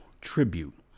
tribute